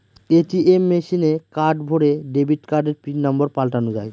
ATM মেশিনে card ভোরে debit কার্ডের পিন নম্বর পাল্টানো যায়